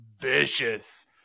vicious